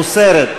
מוסרת.